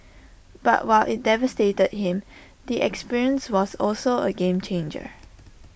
but while IT devastated him the experience was also A game changer